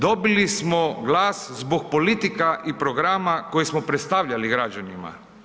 Dobili smo glas zbog politika i programa koje smo predstavljali građanima.